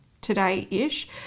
today-ish